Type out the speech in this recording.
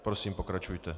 Prosím, pokračujte.